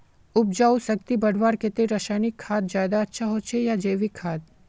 उपजाऊ शक्ति बढ़वार केते रासायनिक खाद ज्यादा अच्छा होचे या जैविक खाद?